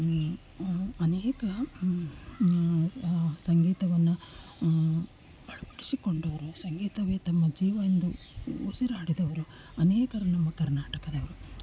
ಅನೇಕ ಸಂಗೀತವನ್ನು ಅಳವಡಿಸಿಕೊಂಡವರು ಸಂಗೀತವೇ ತಮ್ಮ ಜೀವ ಎಂದು ಉಸಿರಾಡಿದವರು ಅನೇಕರು ನಮ್ಮ ಕರ್ನಾಟಕದವರು